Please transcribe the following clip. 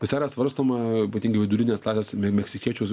visai yra svarstoma ypatingai vidurinės klasės meksikiečius